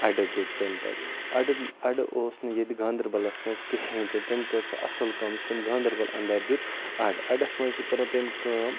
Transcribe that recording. اَڈٕ دیُت تٔمۍ تَتہِ اَڈٕ اَڈٕ اوس نہٕ ییٚتہِ گاندَربلَس منٛز کِہیٖنۍ تہِ تٔمۍ کٔر سُہ اَصٕل کٲم یُس تٔمۍ گاندَربَل اَنٛدَر دیُت اَڈٕ اَڈَس منٛز چھِ کٔرمٕژ تٔمۍ کٲم